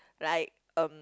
like um